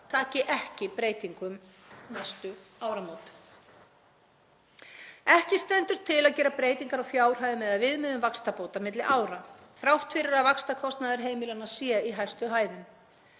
taki ekki breytingum næstu áramót. Ekki stendur til að gera breytingar á fjárhæðum eða viðmiðum vaxtabóta milli ára þrátt fyrir að vaxtakostnaður heimilanna sé í hæstu hæðum.